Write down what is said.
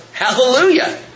Hallelujah